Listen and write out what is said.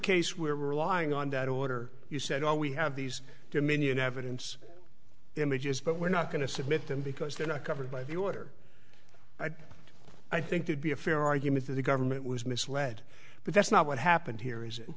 case where we're relying on that order you said all we have these dominion evidence images but we're not going to submit them because they're not covered by the water i think could be a fair argument that the government was misled but that's not what happened here is